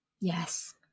Yes